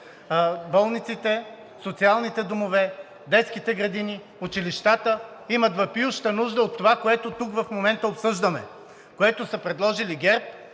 болниците, социалните домове, детските градини, училищата – те имат въпиеща нужда от това, което тук в момента обсъждаме, което са предложили ГЕРБ.